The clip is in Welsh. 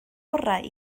orau